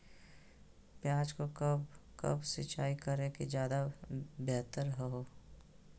प्याज को कब कब सिंचाई करे कि ज्यादा व्यहतर हहो?